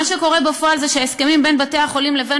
מה שקורה בפועל זה שההסכמים בין בתי-החולים לבין